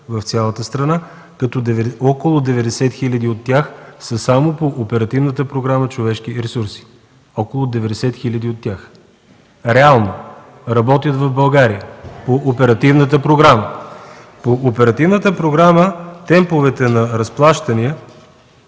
в цялата страна, като около 90 хиляди от тях са само по Оперативната програма „Човешки ресурси” – около 90 хиляди от тях реално работят в България по оперативната програма! По оперативната програма темповете на разплащания